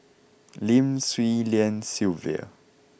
Lim Swee Lian Sylvia